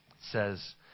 says